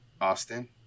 Austin